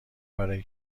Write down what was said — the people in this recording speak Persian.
برای